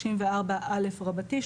34 א' רבתי,